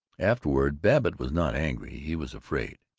afterward babbitt was not angry. he was afraid.